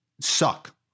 suck